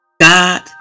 God